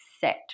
set